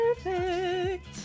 Perfect